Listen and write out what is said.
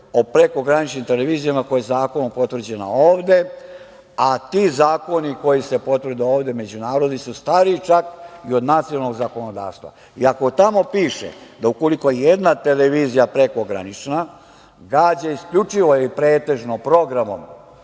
o prekograničnim televizijama koja je zakonom potvrđena ovde, a ti zakoni koji se potvrde ovde međunarodni su stariji čak i od nacionalnog zakonodavstva, I ako tamo piše da ukoliko jedna televizija prekogranična gađa isključivo i pretežno programom